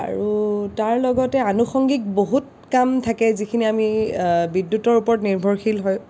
আৰু তাৰ লগতে আনুষাংগিক বহুত কাম থাকে যিখিনি আমি বিদ্যুতৰ ওপৰত নিৰ্ভৰশীল হৈ